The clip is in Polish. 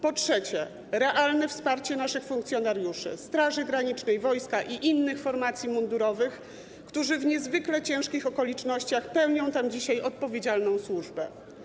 Po trzecie, realne wsparcie naszych funkcjonariuszy Straży Granicznej, wojska i innych formacji mundurowych, którzy w niezwykle ciężkich okolicznościach pełnią tam dzisiaj odpowiedzialną służbę.